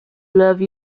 love